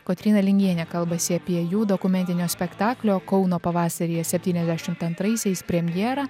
kotryna lingienė kalbasi apie jų dokumentinio spektaklio kauno pavasaryje septyniasdešimt antraisiais premjerą